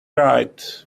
right